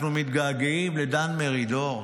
אנחנו מתגעגעים לדן מרידור,